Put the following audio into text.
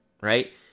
right